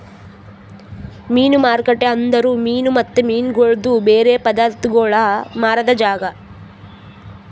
ಮೀನು ಮಾರುಕಟ್ಟೆ ಅಂದುರ್ ಮೀನು ಮತ್ತ ಮೀನಗೊಳ್ದು ಬೇರೆ ಪದಾರ್ಥಗೋಳ್ ಮಾರಾದ್ ಜಾಗ